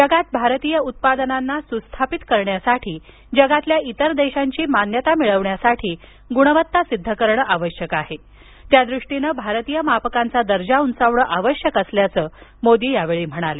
जगात भारतीय उत्पादनांना सुस्थापित करण्यासाठी जगातल्या इतर देशांची मान्यता मिळवण्यासाठी गुणवत्ता सिद्ध करणं आवश्यक आहे त्या दृष्टीने भारतीय मापकांचा दर्जा उंचावण आवश्यक असल्याचं मोदी यावेळी म्हणाले